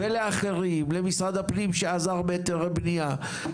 למשרד הפנים שעזר בהיתרי בניה,